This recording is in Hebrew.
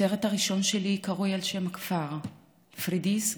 הסרט הראשון שלי קרוי על שם הכפר: "פארדיס,